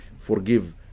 forgive